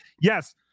Yes